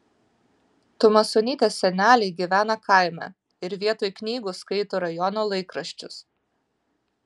tumasonytės seneliai gyvena kaime ir vietoj knygų skaito rajono laikraščius